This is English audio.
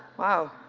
wow,